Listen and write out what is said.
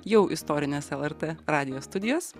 jau istorinės lrt radijo studijos